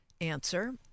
answer